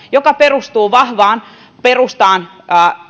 joka perustuu vahvaan perustaan